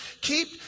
keep